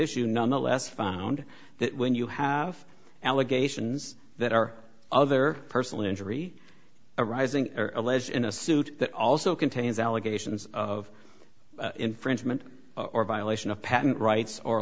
issue nonetheless found that when you have allegations that are other personal injury arising alleged in a suit that also contains allegations of infringement or violation of patent rights or